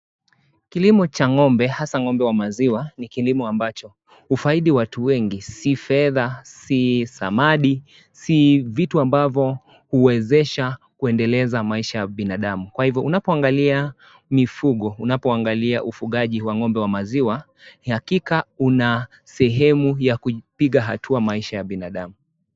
Kilimo cha ng'ombe hasa ng'ombe wa maziwa ni kilimo ambacho hufaidi watu wengi, si fedha, si samadi, si vitu ambavyo huezesha kuendeleza maisha ya binadamu kwa hivyo unapoangalia mifugo, unapoangalia ufugaji wa ng'ombe wa maziwa hakika una sehemu ya kupiga hatua maisha ya binadamu.